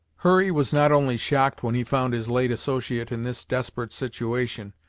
hurry was not only shocked when he found his late associate in this desperate situation,